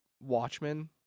Watchmen